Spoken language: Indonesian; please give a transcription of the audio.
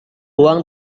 uang